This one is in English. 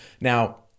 Now